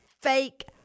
fake